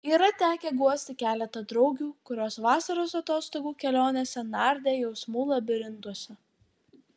yra tekę guosti keletą draugių kurios vasaros atostogų kelionėse nardė jausmų labirintuose